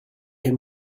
him